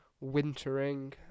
wintering